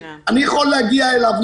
אני יכול להגיע אליו,